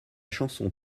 chanson